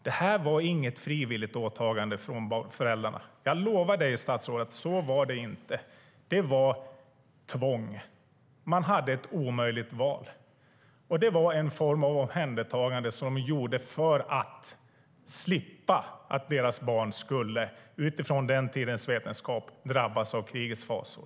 Det var inget frivilligt åtagande från föräldrarna, jag lovar dig, statsrådet. Så var det inte. Det var tvång. De hade ett omöjligt val. Det var en form av omhändertagande som gjordes för att de skulle slippa att deras barn, utifrån den tidens vetskap, skulle drabbas av krigets fasor.